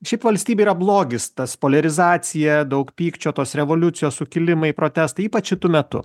šiaip valstybė yra blogis tas poliarizacija daug pykčio tos revoliucijos sukilimai protestai ypač šitu metu